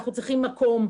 אנחנו צריכים מקום.